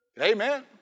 Amen